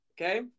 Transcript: okay